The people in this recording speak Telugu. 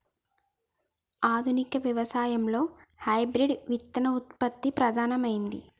ఆధునిక వ్యవసాయం లో హైబ్రిడ్ విత్తన ఉత్పత్తి ప్రధానమైంది